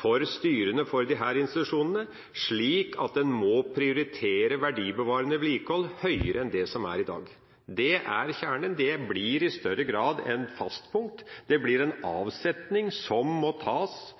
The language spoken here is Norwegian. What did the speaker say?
for styrene for disse institusjonene, slik at de må prioritere verdibevarende vedlikehold høyere enn i dag. Det er kjernen. Det blir i større grad et fastpunkt. Det blir en avsetning som må tas